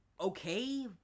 okay